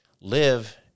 live